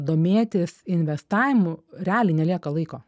domėtis investavimu realiai nelieka laiko